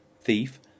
Thief